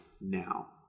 now